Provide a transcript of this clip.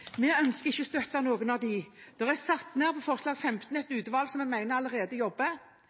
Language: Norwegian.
Vi ønsker ikke å støtte noen av dem. Når det gjelder forslag nr. 15, er det satt ned et utvalg som jeg mener allerede jobber